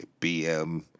BM